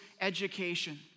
education